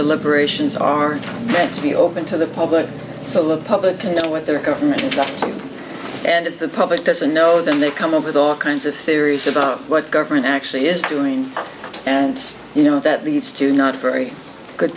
deliberations are meant to be open to the public so the public can know what their government and if the public doesn't know then they come up with all kinds of theories about what government actually is doing and you know that leads to not very good